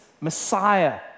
Messiah